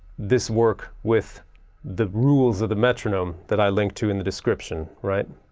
this work with the rules of the metronome that i link to in the description, right,